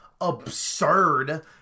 absurd